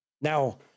Now